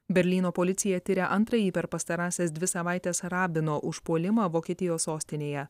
berlyno policija tiria antrąjį per pastarąsias dvi savaites rabino užpuolimą vokietijos sostinėje